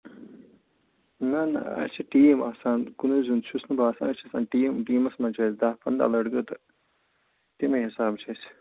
نہَ نہَ اَسہِ چھِ ٹیٖم آسان کُنٕے زوٚن چھُس نہٕ بہٕ آسان أسۍ چھِ آسان ٹیٖم ٹیٖمَس منٛز چھِ اَسہِ دَہ پَنٛداہ لَڑکہٕ تہٕ تَمے حِساب چھِ أسۍ